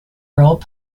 rob